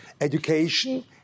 Education